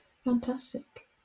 Fantastic